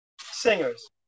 Singers